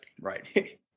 right